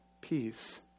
peace